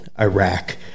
Iraq